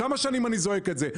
כמה זמן אני זועק את זה?